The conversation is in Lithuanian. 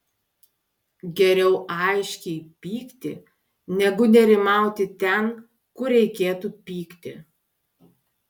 geriau aiškiai pykti negu nerimauti ten kur reikėtų pykti